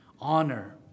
honor